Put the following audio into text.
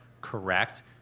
correct